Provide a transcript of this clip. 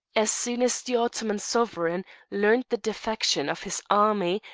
as soon as the ottoman sovereign learnt the defection of his army,